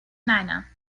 niner